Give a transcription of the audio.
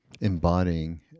embodying